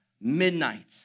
midnight